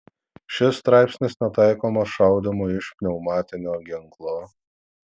šis straipsnis netaikomas šaudymui iš pneumatinio ginklo